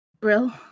Brill